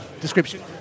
description